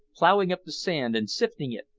ploughing up the sand, and sifting it,